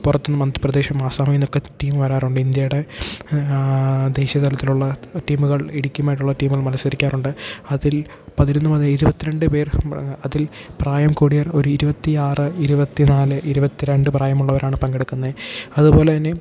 പുറത്തെന്ന് മധ്യപ്രദേശം ആസാമിന്ന് ഒക്കെ ടീം വരാറുണ്ട് ഇന്ത്യയുടെ ദേശീയ തലത്തിലുള്ള ടീമുകൾ ഇടുക്കിയുമായിട്ടുള്ള ടീമുകൾ മത്സരിക്കാറുണ്ട് അതിൽ പതിനൊന്ന് മുതൽ ഇരുപത്തി രണ്ട് പേർ അതിൽ പ്രായം കൂടിയവർ ഒരു ഇരുപത്തി ആറ് ഇരുപത്തി നാല് ഇരുപത്തി രണ്ട് പ്രായമുള്ളവരാണ് പങ്കെടുക്കുന്നത് അതുപോലെ തന്നെ